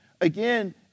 Again